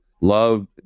love